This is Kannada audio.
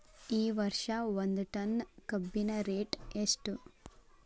ಈ ವರ್ಷ ಒಂದ್ ಟನ್ ಕಬ್ಬಿನ ರೇಟ್ ಎಷ್ಟು?